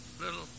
little